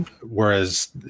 whereas